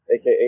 aka